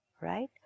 Right